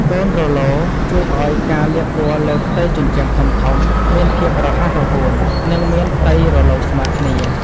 កូនរ៉ូឡូ ជួយឱ្យការលាបពណ៌លើផ្ទៃជញ្ជាំងធំៗមានភាពរហ័សរហួន និងមានផ្ទៃរលោងស្មើគ្នា។